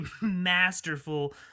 masterful